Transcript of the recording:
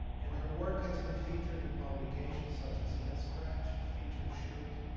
and her work has been featured in publications such as lenscrtch, feature shoot,